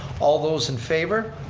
all those in favor.